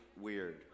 weird